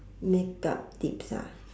makeup tips ah